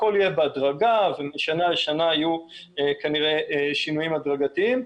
הכול יהיה בהדרגה ומשנה לשנה יהיו כנראה שינויים הדרגתיים,